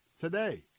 Today